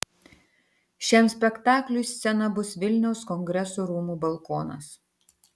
šiam spektakliui scena bus vilniaus kongresų rūmų balkonas